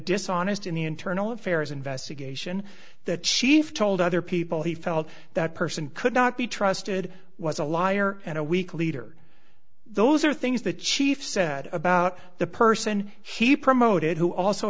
dishonest in the internal affairs investigation that she told other people he felt that person could not be trusted was a liar and a weak leader those are things the chief said about the person he promoted who also